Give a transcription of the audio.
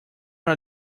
are